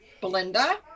Belinda